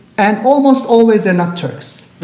and almost always they're not turks,